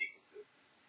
sequences